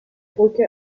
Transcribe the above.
brücke